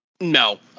No